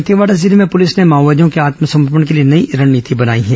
दंतेवाड़ा जिले में पुलिस ने माओवादियों के आत्मसमर्पण के लिए नई रणनीति बनाई है